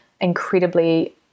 incredibly